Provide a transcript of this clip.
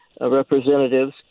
representatives